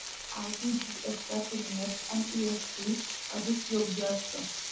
RTGS च्या तुलनेत NEFT अधिक योग्य असतं